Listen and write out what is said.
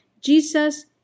Jesus